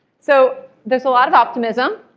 so there's a lot of optimism.